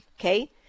okay